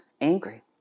angry